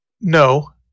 no